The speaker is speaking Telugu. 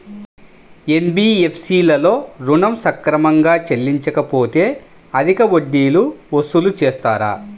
ఎన్.బీ.ఎఫ్.సి లలో ఋణం సక్రమంగా చెల్లించలేకపోతె అధిక వడ్డీలు వసూలు చేస్తారా?